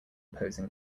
posing